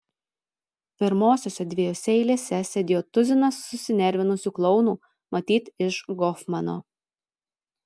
pirmosiose dviejose eilėse sėdėjo tuzinas susinervinusių klounų matyt iš gofmano